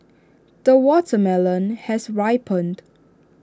the watermelon has ripened